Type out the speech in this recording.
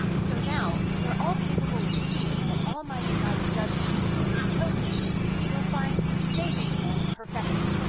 so now we're all capable of seeing that almighty god's judgment to his chosen is purifying, saving and perfecting.